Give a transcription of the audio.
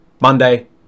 Monday